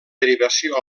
derivació